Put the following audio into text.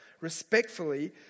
respectfully